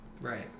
Right